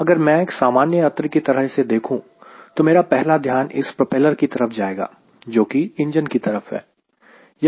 अगर मैं एक सामान्य यात्री की तरह इसे देखूं तो मेरा पहला ध्यान इस प्रोपेलर की तरफ जाएगा जोकि इंजन की तरफ है